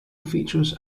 features